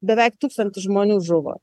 beveik tūkstantis žmonių žuvo